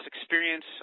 experience